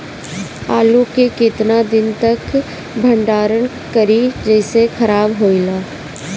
आलू के केतना दिन तक भंडारण करी जेसे खराब होएला?